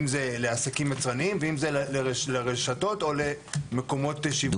אם זה לעסקים יצרניים ואם זה לרשתות או למקומות שיווק וכדומה.